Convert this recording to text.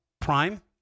Prime